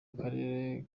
akarere